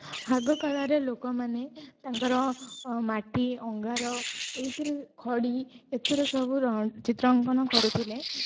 ଆଗ କାଳରେ ଲୋକମାନେ ତାଙ୍କର ମାଟି ଅଙ୍ଗାର ଏହିଥିରେ ଖଡ଼ି ଏଥିରେ ସବୁ ଚିତ୍ର ଅଙ୍କନ କରୁଥିଲେ